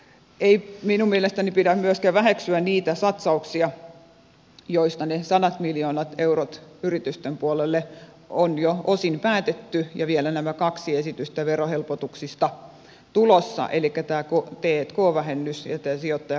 ei minun mielestäni pidä myöskään väheksyä niitä satsauksia joista ne sadat miljoonat eurot yritysten puolelle on jo osin päätetty ja vielä nämä kaksi esitystä verohelpotuksista on tulossa elikkä tämä t k vähennys ja sijoittajakummivähennys